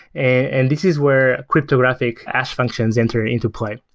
and this is where cryptographic hash functions enter into play.